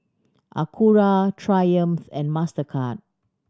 Acura Triumph and Mastercard